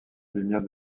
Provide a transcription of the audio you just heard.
lumière